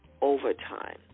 overtime